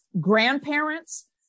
grandparents